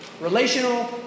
Relational